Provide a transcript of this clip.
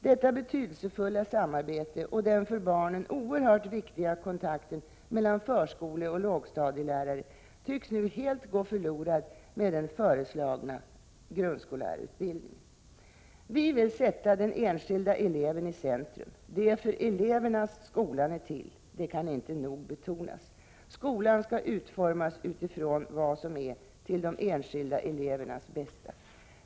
Detta betydelsefulla samarbete och den för barnen oerhört viktiga kontakten mellan förskoleoch lågstadielärare tycks helt gå förlorad med den föreslagna grundskollärarutbildningen. Vi vill sätta den enskilde eleven i centrum. Det är för eleverna skolan är till, det kan inte nog betonas. Skolan skall utformas utifrån vad som är till de enskilda elevernas bästa.